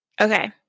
Okay